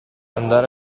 andare